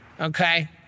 Okay